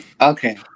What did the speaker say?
Okay